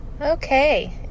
Okay